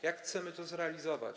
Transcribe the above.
Jak chcemy to zrealizować?